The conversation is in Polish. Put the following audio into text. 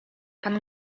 pan